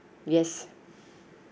yes